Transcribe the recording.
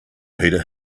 peter